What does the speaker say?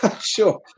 Sure